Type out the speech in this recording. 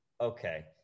okay